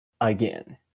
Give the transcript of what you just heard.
again